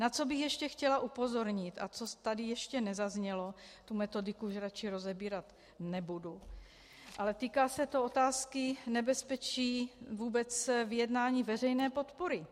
Na co bych ještě chtěla upozornit a co tady ještě nezaznělo, tu metodiku už radši rozebírat nebudu, ale týká se to otázky nebezpečí vůbec vyjednání veřejné podpory.